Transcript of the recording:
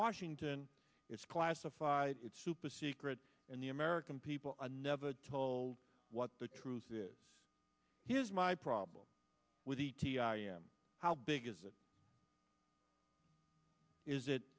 washington it's classified it's super secret and the american people are never told what the truth is here's my problem with the t i a m how big is it is it